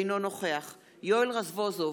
אינו נוכח יואל רזבוזוב,